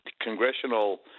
congressional –